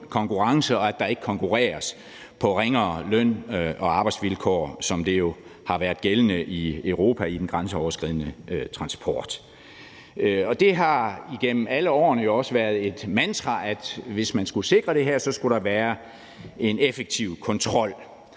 konkurrence, og at der ikke konkurreres på ringere løn- og arbejdsvilkår, som det jo har været gældende i Europa i den grænseoverskridende transport. Det har igennem alle årene jo også været et mantra, at hvis man skulle sikre det her, skulle der være en effektiv kontrol.